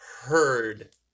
heard